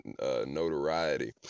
notoriety